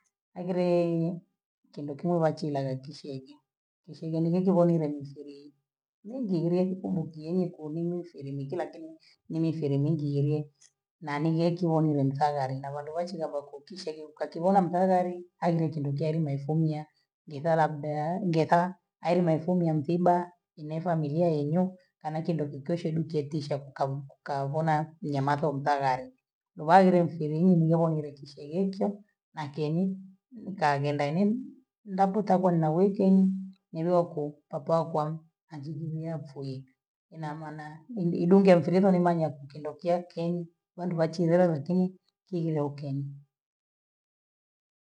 Hagire kindo kimo bachiraga kisheji, kisheji ndegekiboni imenishirii mingilye kukumbukieye koni mwisele ni kila kinu ni misele mingi iryee, nani yeki voni mlimchagalii nawaruochi navakokishe hiyo kwakivona mpagali haili kindokiali maifomia, ndesala kuveaa ndesa haili maifomia msiba ine familia inyo kama kindokikoshwe dukye tisha kukaa- kukavona nyamato ntagali, vaile nsirihii ningebongerekishe yekyo na keni nikagenda ndapo nitakuwa na wikendi nilioku patiakwa anjililia kufulika ina maana idunge msireto ni manya kindokiakeni vandu vachilee lakini kileokeni.